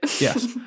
Yes